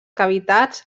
cavitats